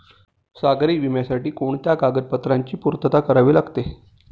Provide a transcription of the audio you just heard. सागरी विम्यासाठी कोणत्या कागदपत्रांची पूर्तता करावी लागते?